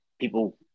people